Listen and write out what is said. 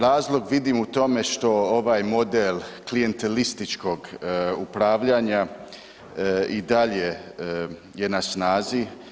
Razlog vidim u tome što ovaj model klijentelističkog upravljanja i dalje je na snazi.